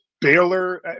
Baylor